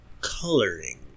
coloring